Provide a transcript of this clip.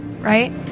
right